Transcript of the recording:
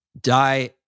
die